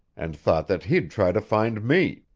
and thought that he'd try to find me.